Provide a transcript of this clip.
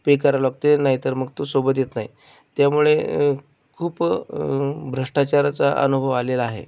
पे करा लागते नाही तर मग तो सोबत येत नाही त्यामुळे खूप भ्रष्टाचाराचा अनुभव आलेला आहे